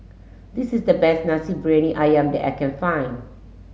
this is the best Nasi Briyani Ayam that I can find